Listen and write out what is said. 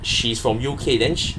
she's from U_K then she